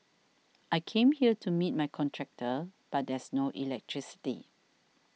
I came here to meet my contractor but there's no electricity